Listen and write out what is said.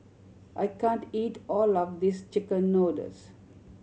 I can't eat all of this chicken noodles